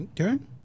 Okay